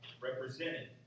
represented